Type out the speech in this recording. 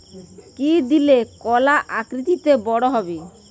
কি দিলে কলা আকৃতিতে বড় হবে?